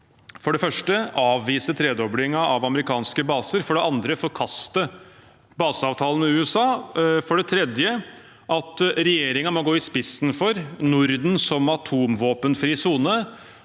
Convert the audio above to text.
for det første å avvise tredoblingen av amerikanske baser, for det andre å forkaste baseavtalen med USA, for det tredje at regjeringen må gå i spissen for Norden som atomvåpenfri sone